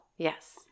Yes